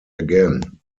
again